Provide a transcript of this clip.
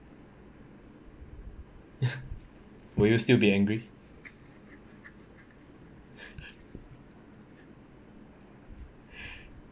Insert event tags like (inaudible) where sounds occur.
(laughs) will you still be angry (laughs)